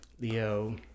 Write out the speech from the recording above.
Leo